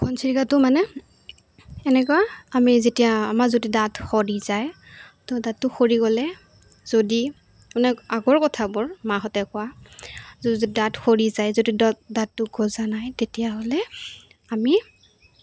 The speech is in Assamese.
ঘনচৰিকাটো মানে এনেকুৱা আমি যেতিয়া আমাৰ যদি দাঁত সৰি যায় তো দাঁতটো সৰি গ'লে যদি মানে আগৰ কথাবোৰ মাহঁতে কোৱা যদি দাঁত সৰি যায় যদি দাঁতটো গজা নাই তেতিয়াহ'লে আমি